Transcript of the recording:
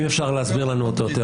אם אפשר להסביר לנו אותו.